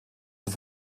zur